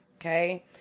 Okay